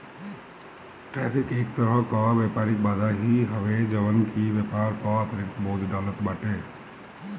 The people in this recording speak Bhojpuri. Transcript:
टैरिफ एक तरही कअ व्यापारिक बाधा ही हवे जवन की व्यापार पअ अतिरिक्त बोझ डालत बाटे